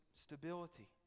stability